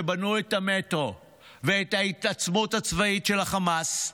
שבנו את המטרו ואת ההתעצמות הצבאית של החמאס,